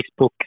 Facebook